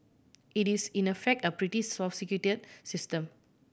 it is in a fact a pretty sophisticated system